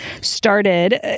started